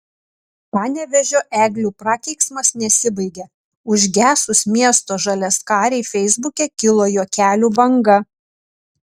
panevėžio eglių prakeiksmas nesibaigia užgesus miesto žaliaskarei feisbuke kilo juokelių banga